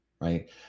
right